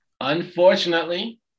Unfortunately